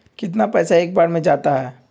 कितना पैसा एक बार में जाता है?